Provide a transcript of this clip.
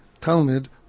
Talmud